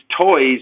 toys